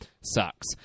sucks